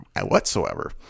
whatsoever